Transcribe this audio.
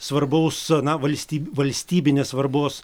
svarbaus na valstyb valstybinės svarbos